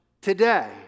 today